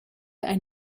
ein